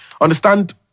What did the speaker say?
understand